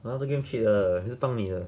well they gonna cheat 的是帮你的